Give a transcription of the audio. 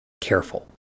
careful